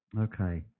Okay